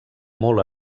molt